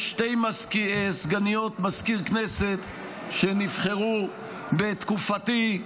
שתי סגניות מזכיר כנסת שנבחרו בתקופתי,